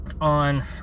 on